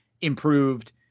improved